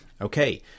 Okay